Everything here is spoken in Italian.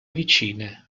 vicina